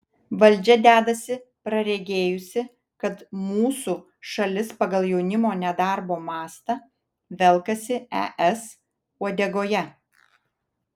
valdžia dedasi praregėjusi kad mūsų šalis pagal jaunimo nedarbo mastą velkasi es uodegoje